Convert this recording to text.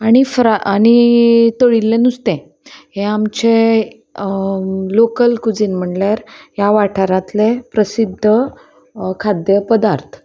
आनी फ्रा आनी तळिल्लें नुस्तें हें आमचें लोकल कुजीन म्हणल्यार ह्या वाठारांतले प्रसिद्द खाद्य पदार्थ